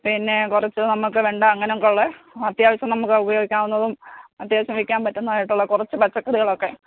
പിന്നെ കുറച്ച് നമുക്ക് വെണ്ട അങ്ങനെയൊക്കെയുള്ള അത്യാവശ്യം നമുക്ക് ഉപയോഗിക്കാവുന്നതും അത്യാവശ്യം വിൽക്കാൻ പറ്റുന്നതുമായിട്ടുള്ള കുറച്ച് പച്ചക്കറികളൊക്കെ